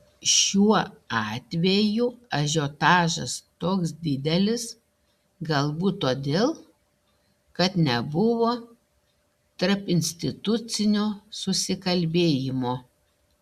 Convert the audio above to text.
šiuo atveju ažiotažas toks didelis galbūt todėl kad nebuvo tarpinstitucinio susikalbėjimo